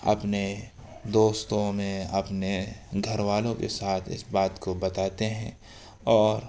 اپنے دوستوں میں اپنے گھر والوں کے ساتھ اس بات کو بتاتے ہیں اور